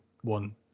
one